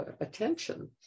attention